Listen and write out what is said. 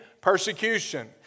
persecution